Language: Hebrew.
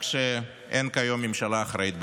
רק שאין כיום ממשלה אחראית בישראל.